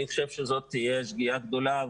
אבל אני חושב שזאת תהיה שגיאה גדולה